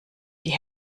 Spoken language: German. die